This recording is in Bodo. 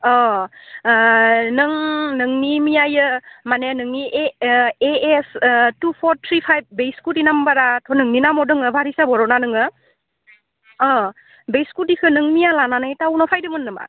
अ नों नोंनि मेया माने नोंनि A S two four three five बे स्खुटि नामबाराथ' नोंनि नामाव दङ बारिसा बर' ना नोङो अ बे स्खुटिखौ नों मेया लानानै टाउनाव फैदोंमोन नामा